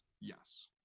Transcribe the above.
Yes